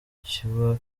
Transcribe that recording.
kiba